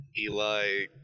Eli